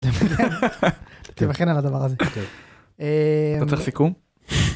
תבחן על הדבר הזה אממ. אתה צריך סיכום?